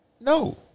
No